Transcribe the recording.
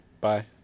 Bye